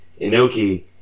Inoki